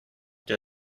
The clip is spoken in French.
qu’à